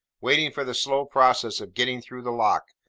waiting for the slow process of getting through the lock,